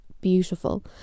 beautiful